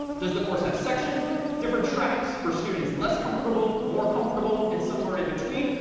does the course have sections different tracks for students less comfortable, more comfortable, and somewhere in between,